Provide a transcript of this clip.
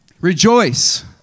Rejoice